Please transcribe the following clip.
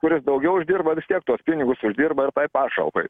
kuris daugiau uždirba vis tiek tuos pinigus uždirba ir tai pašalpai